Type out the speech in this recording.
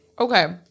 okay